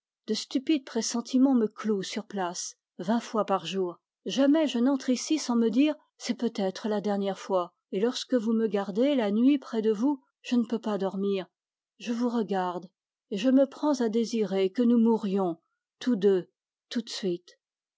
de stupides pressentiments me clouent sur place vingt fois par jour jamais je n'entre ici sans me dire c'est peut-être la dernière fois et lorsque vous me gardez la nuit je ne peux pas dormir je souhaite mourir avec vous tout de suite